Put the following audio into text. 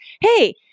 hey